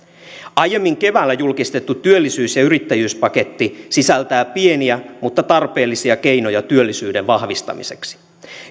aiemmin keväällä julkistettu työllisyys ja yrittäjyyspaketti sisältää pieniä mutta tarpeellisia keinoja työllisyyden vahvistamiseksi